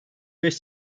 beş